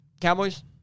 Cowboys